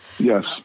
Yes